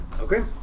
Okay